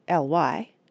ly